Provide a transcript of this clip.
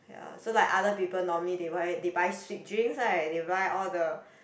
ya so like other people normally they buy they buy sweet drinks right they buy all the